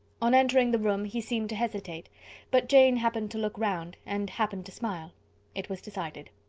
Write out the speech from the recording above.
on entering the room, he seemed to hesitate but jane happened to look round, and happened to smile it was decided.